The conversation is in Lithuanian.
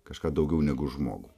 kažką daugiau negu žmogų